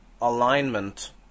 alignment